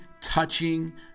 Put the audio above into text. touching